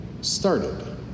started